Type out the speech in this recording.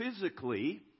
physically